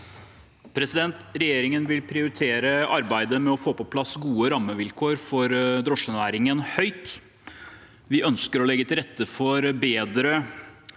Regjeringen vil prioritere arbeidet med å få på plass gode rammevilkår for drosjenæringen høyt. Vi ønsker å legge bedre til rette for en